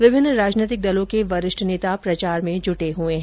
विभिन्न राजनीतिक दलों के वरिष्ठ नेता प्रचार में जुटे हैं